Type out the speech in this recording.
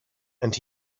and